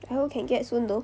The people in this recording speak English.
I hope can get soon though